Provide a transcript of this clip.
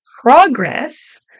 progress